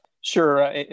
sure